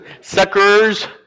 suckers